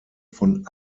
von